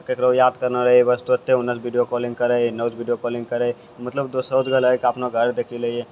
ककरो याद करनाइ रहै बस तुरन्ते उन्नेसँ वीडिओ कॉलिङ्ग करै एन्नेसँ वीडिओ कॉलिङ्ग करै मतलब दोसरोके अपना घर देखिओ लै हइ